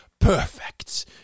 Perfect